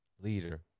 leader